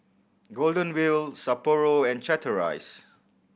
Golden Wheel Sapporo and Chateraise